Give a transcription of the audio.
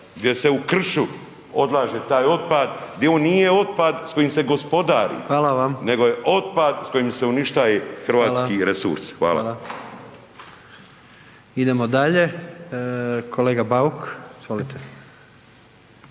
gdje se u kršu odlaže taj otpad gdje on nije otpad s kojim se gospodari nego je otpad s kojim se uništava hrvatski resursi. Hvala. **Jandroković,